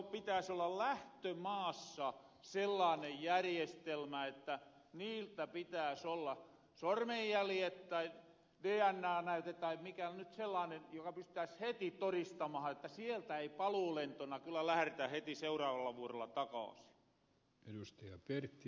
pitääs olla jo lähtömaassa sellaanen järjestelmä että niiltä pitääs olla sormenjäljet tai dna näyte tai mikä nyt on sellaanen jolla pystyttäis heti toristamahan että sieltä ei paluulentona kyllä lähretä heti seuraavalla vuorolla takaasi